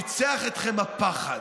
ניצח אתכם הפחד.